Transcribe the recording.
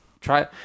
try